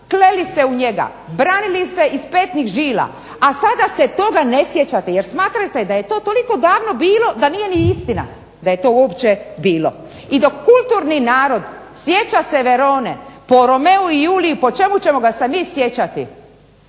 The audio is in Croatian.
kleli se u njega, branili se iz petnih žila, a sada se toga ne sjećate jer smatrate da je to toliko davno bilo da nije ni istina da je to uopće bilo. I dok kulturni narod sjeća se Verone po Romeu i Juliji, po čemu ćemo ga se mi sjećati?